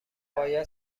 باید